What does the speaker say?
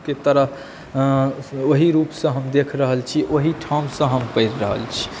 के तरह ओही रूपसँ हम देख रहल छी ओहीठामसँ हम पढ़ि रहल छी